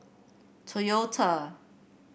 Toyota